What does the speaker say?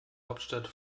hauptstadt